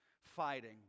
fighting